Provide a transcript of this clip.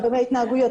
הרבה מההתנהגויות,